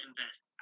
invest